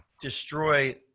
destroy